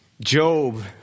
Job